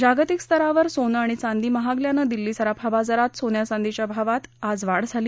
जागतिक स्तरावर सोनं चांदी महागल्यानं दिल्ली सराफा बाजारात सोन्या चांदीच्या भावात आज वाढ झाली